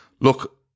Look